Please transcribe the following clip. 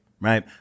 Right